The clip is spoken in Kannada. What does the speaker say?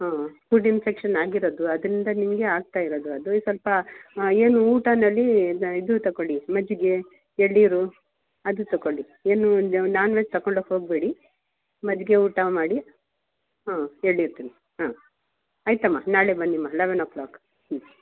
ಹಾಂ ಫುಡ್ ಇನ್ಫೆಕ್ಷನ್ ಆಗಿರೋದು ಅದರಿಂದ ನಿಮಗೆ ಆಗ್ತಾ ಇರೋದು ಅದು ಸ್ವಲ್ಪ ಏನು ಊಟದಲ್ಲಿ ಇದು ತಕೋಳ್ಳಿ ಮಜ್ಜಿಗೆ ಎಳನೀರು ಅದು ತಕೋಳ್ಳಿ ಏನು ನಾನ್ವೇಜ್ ತಕೋಳಕೆ ಹೋಗ್ಬೇಡಿ ಮಜ್ಜಿಗೆ ಊಟ ಮಾಡಿ ಹಾಂ ಎಳನೀರು ತಿನ್ನಿ ಹಾಂ ಆಯಿತಮ್ಮ ನಾಳೆ ಬನ್ನಿಮ್ಮ ಲೆವೆನ್ ಓ ಕ್ಲಾಕ್ ಹ್ಞೂ